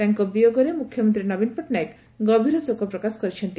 ତାଙ୍କ ବିୟୋଗରେ ମୁଖ୍ୟମନ୍ତୀ ନବୀନ ପଟ୍ଟନାୟକ ଗଭୀର ଶୋକ ପ୍ରକାଶ କରିଛନ୍ତି